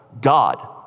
God